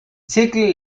zirkel